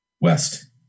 West